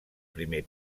primer